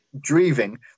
Driving